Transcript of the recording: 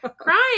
crying